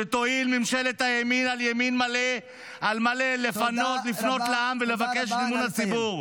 שתואיל ממשלת הימין על ימין מלא על מלא לפנות לעם ולבקש את אמון הציבור.